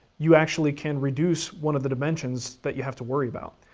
you actually can reduce one of the dimensions that you have to worry about,